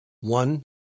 one